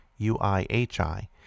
UIHI